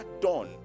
done